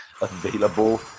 available